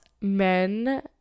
men